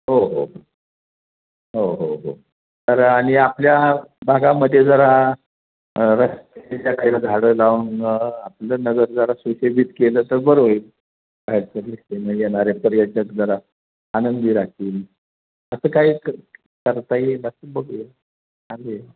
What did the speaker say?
हो हो हो हो हो तर आणि आपल्या भागामध्ये जरा झाडं लावून आपलं नगर जरा सुशोभित केलं तर बरं होईल बाहेरच्यादृश्टीनं येणारे पर्यटक जरा आनंदी राहतील असं काही करता येईल बघूया चालेल